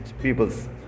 peoples